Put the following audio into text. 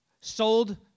sold